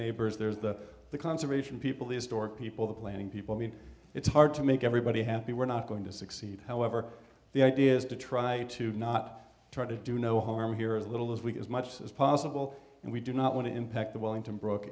neighbors there's the the conservation people the store people the planning people i mean it's hard to make everybody happy we're not going to succeed however the idea is to try to not try to do no harm here as little as we as much as possible and we do not want to impact the wellington broke